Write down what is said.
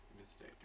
mistake